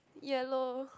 yellow